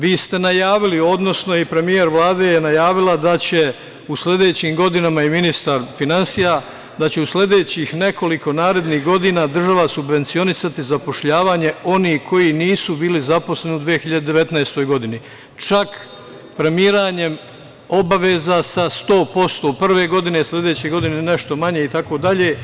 Vi ste najavili, odnosno i premijer Vlade je najavila da će u sledećim godinama i ministar finansija u sledećih nekoliko narednih godina država subvencionisati zapošljavanje onih koji nisu bili zaposleni u 2019. godini, čak premiranjem obaveza sa 100% prve godine, sledeće godine nešto manje itd.